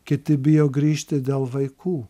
kiti bijo grįžti dėl vaikų